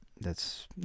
thats